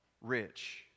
rich